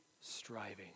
striving